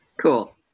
Cool